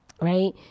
Right